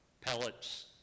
pellets